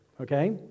okay